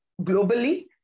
globally